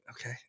Okay